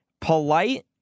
Polite